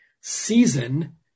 season